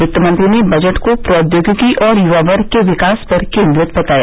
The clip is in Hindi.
वित्तमंत्री ने बजट को प्रौद्योगिकी और युवा वर्ग के विकास पर केंद्रित बताया